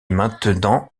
maintenant